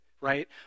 right